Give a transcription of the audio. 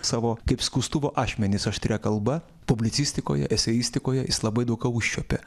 savo kaip skustuvo ašmenys aštria kalba publicistikoje eseistikoje jis labai daug ką užčiuopė